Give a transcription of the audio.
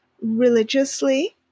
religiously